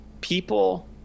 people